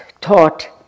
taught